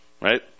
right